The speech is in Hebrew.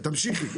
תמשיכי.